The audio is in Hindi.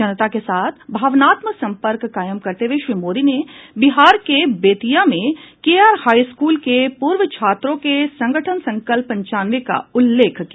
जनता के साथ भावनात्मक संपर्क कायम करते हुए श्री मोदी ने बिहार के बेतिया में के आर हाई स्कूल के पूर्व छात्रों के संगठन संकल्प पंचानवे का उल्लेख किया